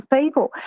people